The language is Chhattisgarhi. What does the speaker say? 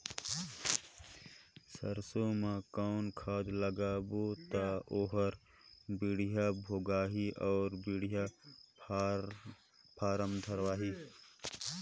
सरसो मा कौन खाद लगाबो ता ओहार बेडिया भोगही अउ बेडिया फारम धारही?